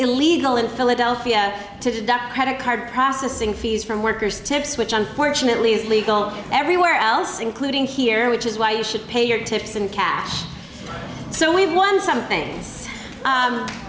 illegal in philadelphia to adopt credit card processing fees from workers tips which unfortunately is legal everywhere else including here which is why you should pay your tips in cash so we won something